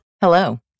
Hello